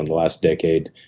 and last decade,